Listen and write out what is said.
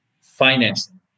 financing